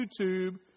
YouTube